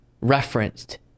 referenced